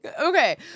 okay